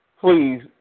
Please